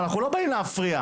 אנחנו לא באים להפריע.